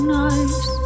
nice